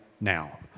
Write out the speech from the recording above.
now